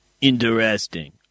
Interesting